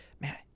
man